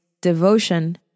devotion